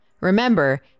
Remember